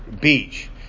beach